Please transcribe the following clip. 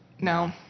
No